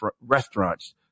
restaurants